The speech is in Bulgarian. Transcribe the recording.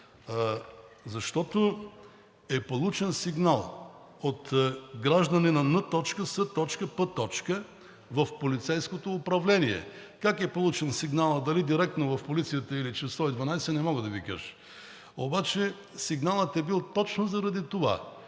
защото е получен сигнал от гражданина Н.С.П. в полицейското управление. Как е получен сигналът – дали директно в полицията или чрез 112, не мога да Ви кажа, обаче сигналът е бил точно заради това,